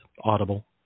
Audible